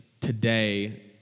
today